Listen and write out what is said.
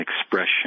expression